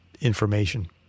information